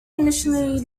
initially